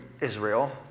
Israel